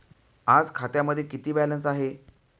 आज खात्यामध्ये किती बॅलन्स आहे?